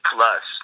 Plus